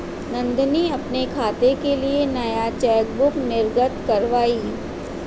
नंदनी अपने खाते के लिए नया चेकबुक निर्गत कारवाई